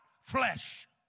flesh